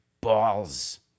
balls